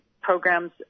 programs